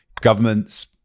governments